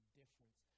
difference